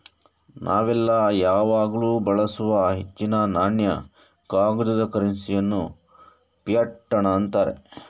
ನಾವೆಲ್ಲ ಯಾವಾಗ್ಲೂ ಬಳಸುವ ಹೆಚ್ಚಿನ ನಾಣ್ಯ, ಕಾಗದದ ಕರೆನ್ಸಿ ಅನ್ನು ಫಿಯಟ್ ಹಣ ಅಂತಾರೆ